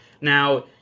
Now